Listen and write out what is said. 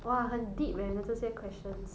!wah! 很 deep eh 那这些 questions